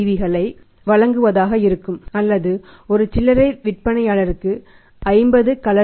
களை வழங்குவதாக இருக்கும் அல்லது ஒரு சில்லறை விற்பனையாளருக்கு 50 கலர் T